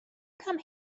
come